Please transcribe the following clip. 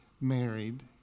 married